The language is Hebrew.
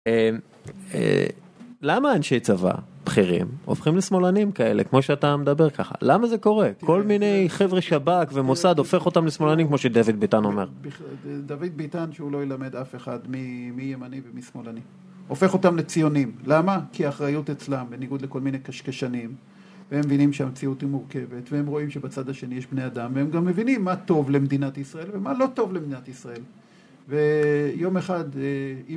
אמ...א...למה אנשי צבא, בחירים, הופכים לשמאלנים כאלה, כמו שאתה מדבר ככה? למה זה קורה? כל מיני חבר'ה שב"כ, ומוסד, הופך אותם לשמאלנים, כמו שדוד ביטן אומר. ...בכלל-דוד ביטן, שהוא לא ילמד אף אחד מי-מי ימני ומי שמאלני. הופך אותם לציונים. למה? כי האחריות אצלם, בניגוד לכל מיני קשקשנים, והם מבינים שהמציאות היא מורכבת, והם רואים שבצד השני יש בני אדם, והם גם מבינים מה טוב למדינת ישראל ומה לא טוב למדינת ישראל. ו...יום אחד, א...